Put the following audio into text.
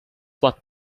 what